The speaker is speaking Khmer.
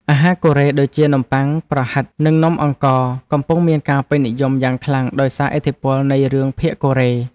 អាហារកូរ៉េដូចជានំប៉័ងប្រហិតនិងនំអង្ករកំពុងមានការពេញនិយមយ៉ាងខ្លាំងដោយសារឥទ្ធិពលនៃរឿងភាគកូរ៉េ។